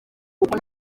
kuko